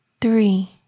Three